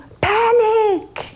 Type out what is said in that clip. panic